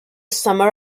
summer